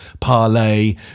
Parlay